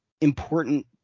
important